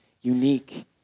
unique